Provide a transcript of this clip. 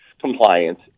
compliance